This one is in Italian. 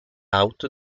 out